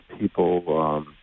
people